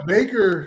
Baker